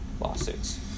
lawsuits